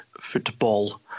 football